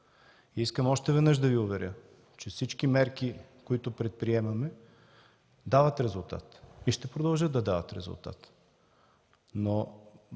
Искам още веднъж да Ви уверя, че всички мерки, които предприемаме, дават резултат и ще продължат да дават резултат.